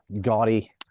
gaudy